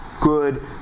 good